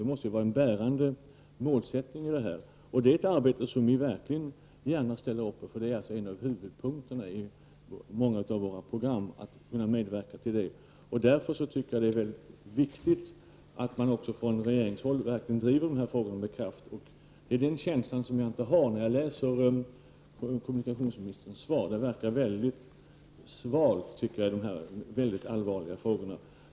Detta måste vara en bärande målsättning. Det är ett arbete som vi verkligen ställer upp för, och det är en av huvudpunkterna i många av våra program att medverka till sådant. Därför är det viktigt att man från regeringens håll verkligen driver dessa frågor med kraft. Jag får inte den känslan när jag läser kommunikationsministerns svar. Det verkar mycket svalt, men det är allvarliga frågor.